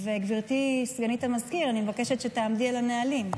גברתי סגנית המזכיר, אני מבקשת שתעמדי על הנהלים.